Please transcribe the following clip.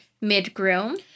mid-groom